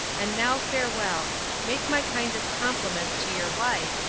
and now farewell make my kindest compliments to your wife,